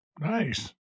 Nice